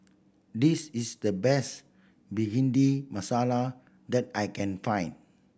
this is the best Bhindi Masala that I can find